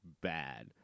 bad